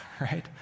right